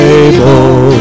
able